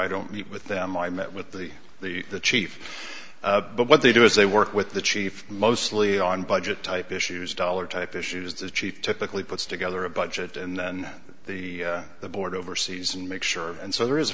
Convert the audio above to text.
i don't meet with them i met with the the the chief but what they do is they work with the chief mostly on budget type issues dollar type issues the chief typically puts together a budget and then the board oversees and makes sure and so there is a